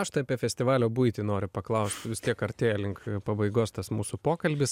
aš tai apie festivalio buitį noriu paklausti vis tiek artėja link pabaigos tas mūsų pokalbis